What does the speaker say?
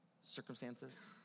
circumstances